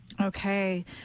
Okay